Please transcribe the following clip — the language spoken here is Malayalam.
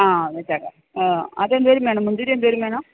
ആ വെച്ചേക്കാം അതെന്തെങ്കിലും വേണോ മുന്തിരിയെന്തെങ്കിലും വേണോ